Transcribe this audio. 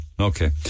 Okay